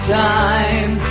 time